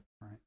Right